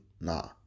nah